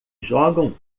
jogam